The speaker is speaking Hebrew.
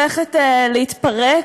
מוותר.